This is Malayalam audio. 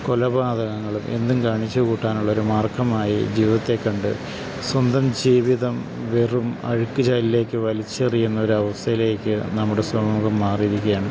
കൊലപാതകങ്ങളും എന്തും കാണിച്ച്കൂട്ടാനുള്ളൊരു മാർഗ്ഗമായി ജീവിതത്തെ കണ്ട് സ്വന്തം ജീവിതം വെറും അഴുക്ക് ചാലിലേക്ക് വലിച്ചെറിയുന്ന ഒരവസ്ഥയിലേക്ക് നമ്മുടെ സമൂഹം മാറിയിരിക്കുകയാണ്